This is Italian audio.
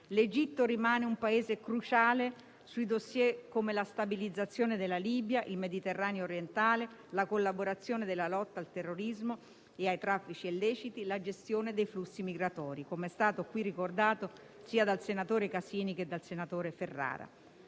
l'Egitto rimane un Paese cruciale su *dossier* come la stabilizzazione della Libia, il Mediterraneo Orientale, la collaborazione nella lotta al terrorismo e ai traffici illeciti, la gestione dei flussi migratori, come è stato qui ricordato sia dal senatore Casini che dal senatore Ferrara.